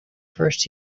first